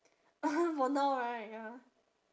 for now right ya